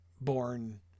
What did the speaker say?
born